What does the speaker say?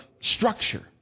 structure